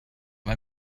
let